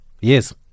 Yes